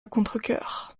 contrecœur